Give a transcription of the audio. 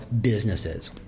businesses